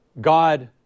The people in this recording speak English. God